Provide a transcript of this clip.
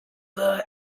there